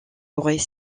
aurait